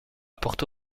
porto